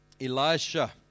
Elisha